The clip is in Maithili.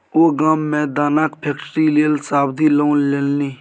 ओ गाममे मे दानाक फैक्ट्री लेल सावधि लोन लेलनि